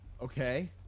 Okay